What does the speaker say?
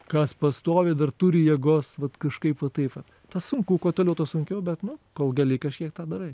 kas pastovi dar turi jėgos vat kažkaip va tai va tas sunku kuo toliau tuo sunkiau bet nu kol gali kažkiek tą darai